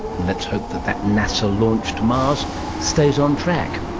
and let's hope that that nasa launch to mars stays on track